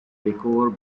takeover